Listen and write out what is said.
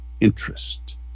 interest